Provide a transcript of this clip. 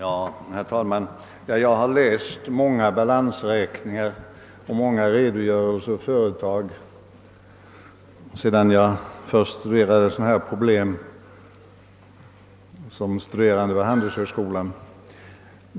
Herr talman! Jag har läst många balansräkningar och många redogörelser för företag sedan jag först började ta del av sådana här problem som studerande vid Handelshögskolan.